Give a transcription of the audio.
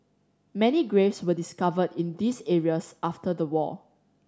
many graves were discovered in these areas after the war